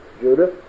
Judith